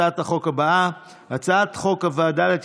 לפיכך הצעת חוק הביטוח הלאומי (תיקון מס' 233)